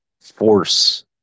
force